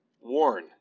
warn